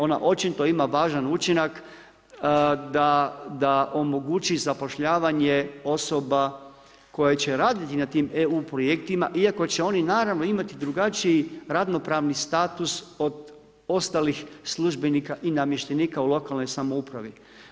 Ona očito ima važan učinak da omogući zapošljavanja osoba koja će raditi na tim EU projektima iako će oni naravno imati drugačiji radno pravni status od ostalih službenika i namještenika u lokalnoj samoupravi.